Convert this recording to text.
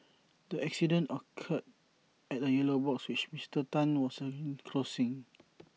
the accident occurred at A yellow box which Mister Tan was seen crossing